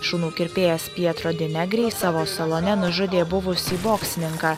šunų kirpėjas pietro de negri savo salone nužudė buvusį boksininką